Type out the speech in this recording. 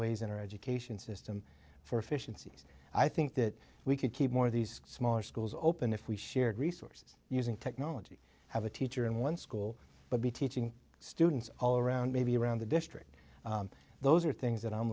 ways in our education system for efficiencies i think that we could keep more of these smaller schools open if we shared resources using technology have a teacher in one school but be teaching students all around maybe around the district those are things that i'm